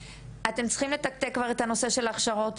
אתם צריכים לתקתק כבר את הנושא של ההכשרות,